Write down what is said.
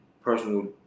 personal